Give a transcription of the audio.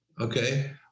Okay